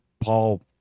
Paul